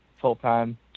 full-time